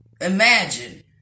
Imagine